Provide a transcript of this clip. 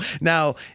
Now—